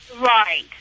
Right